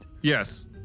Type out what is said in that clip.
Yes